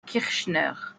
kirchner